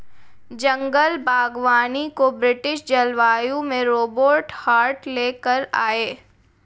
जंगल बागवानी को ब्रिटिश जलवायु में रोबर्ट हार्ट ले कर आये